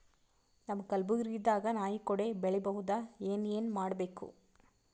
ನಮ್ಮ ಕಲಬುರ್ಗಿ ದಾಗ ನಾಯಿ ಕೊಡೆ ಬೆಳಿ ಬಹುದಾ, ಏನ ಏನ್ ಮಾಡಬೇಕು?